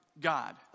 God